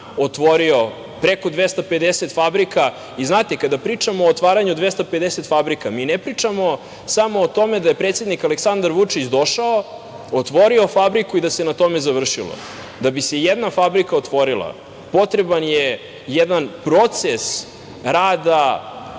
otvorio preko 250 fabrika i, znate, kada pričamo o otvaranju 250 fabrika, mi ne pričamo samo o tome da je predsednik Aleksandar Vučić došao, otvorio fabriku i da se na tome završilo. Da bi se jedna fabrika otvorila potreban je jedan proces rada,